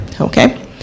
okay